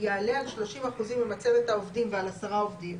יעלה על 30 אחוזים ממצבת העובדים ועל עשרה עובדים,